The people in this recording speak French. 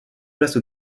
placent